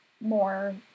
more